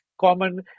common